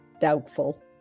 doubtful